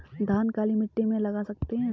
धान काली मिट्टी में लगा सकते हैं?